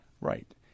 Right